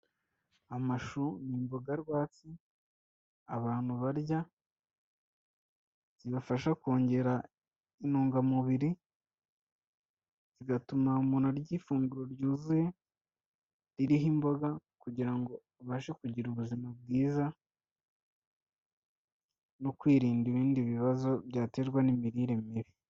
Amashu ni imboga rwatsi abantu barya zibafasha kongera intungamubiri, zigatuma umuntu arya ifunguro ryuzuye ririho imboga kugira ngo abashe kugira ubuzima bwiza no kwirinda ibindi bibazo byaterwa n'imirire mibi.